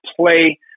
play